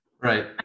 Right